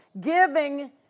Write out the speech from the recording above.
giving